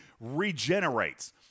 regenerates